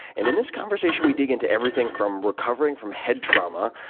and in this conversation, we dig into everything from recovering from head trauma,